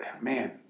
Man